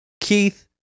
Keith